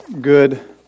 good